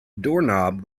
doorknob